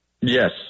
yes